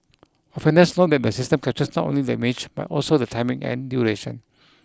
offenders know that the system captures not only the image but also the timing and duration